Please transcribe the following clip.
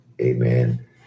amen